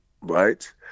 right